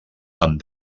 amb